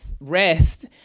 rest